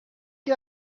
qui